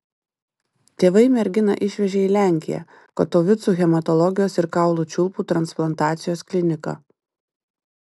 tėvai merginą išvežė į lenkiją katovicų hematologijos ir kaulų čiulpų transplantacijos kliniką